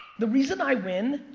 the reason i win,